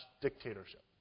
dictatorship